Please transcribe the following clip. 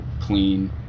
clean